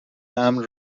امن